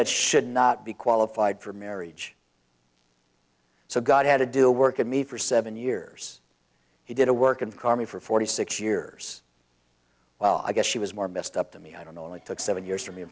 that should not be qualified for marriage so god had to do work at me for seven years he did a work in karma for forty six years well i guess she was more missed up to me i don't know and it took seven years for me